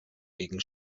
gegen